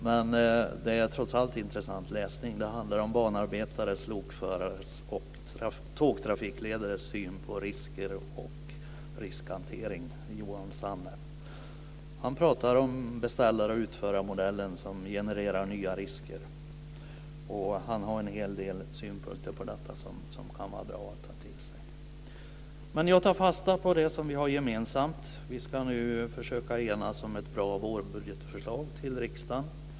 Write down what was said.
Men det är trots allt intressant läsning. Det handlar om banarbetares, lokförares och tågtrafikledares syn på risker och riskhantering. Johan Sanne pratar och beställare-utföraremodellen, som genererar nya risker. Han har en hel del synpunkter på detta som kan vara bra att ta till sig. Jag tar fasta på det som vi har gemensamt. Vi ska nu försöka enas om ett bra vårbudgetförslag till riksdagen.